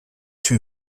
too